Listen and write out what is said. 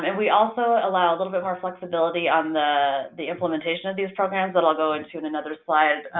and we also allow a little bit more flexibility on the the implementation of these programs, that i'll go into in another slide,